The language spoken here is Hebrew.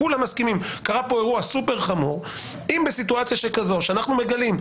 כולם מסכימים שקרה פה אירוע סופר חמור אם בסיטואציה כזאת שאנחנו מגלים,